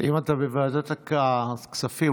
אם אתה בוועדת כספים,